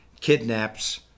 kidnaps